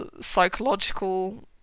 psychological